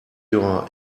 your